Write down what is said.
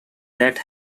that